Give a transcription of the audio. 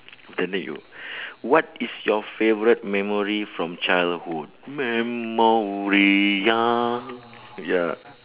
after that you what is your favourite memory from childhood memory ya ya